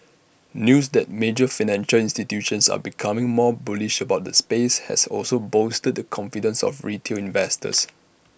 news that major financial institutions are becoming more bullish about the space has also bolstered the confidence of retail investors